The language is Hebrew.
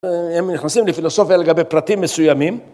‫הם נכנסים לפילוסופיה לגבי ‫פרטים מסוימים.